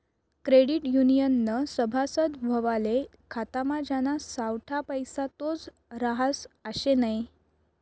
credit युनियननं सभासद व्हवाले खातामा ज्याना सावठा पैसा तोच रहास आशे नै